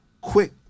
Quick